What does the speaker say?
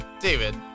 David